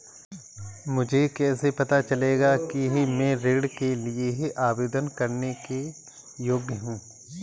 मुझे कैसे पता चलेगा कि मैं ऋण के लिए आवेदन करने के योग्य हूँ?